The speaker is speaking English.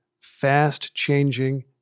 fast-changing